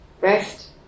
rest